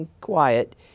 quiet